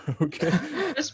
Okay